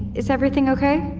is everything okay?